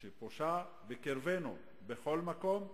שפושה בקרבנו בכל מקום.